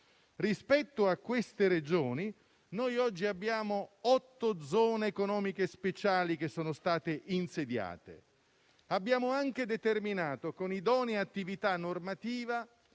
Rispetto a queste Regioni, noi oggi abbiamo otto zone economiche speciali che sono state insediate. Abbiamo anche determinato, con idonea attività normativa,